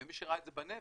מי שראה את זה בנפט,